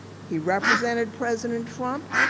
he represented president trump,